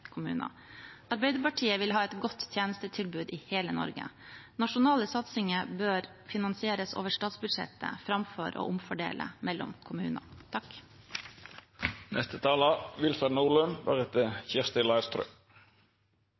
kommuner. Arbeiderpartiet vil ha et godt tjenestetilbud i hele Norge. Nasjonale satsinger bør finansieres over statsbudsjettet framfor ved å omfordele mellom